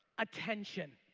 attention.